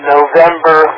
November